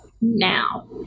now